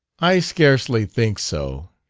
i scarcely think so,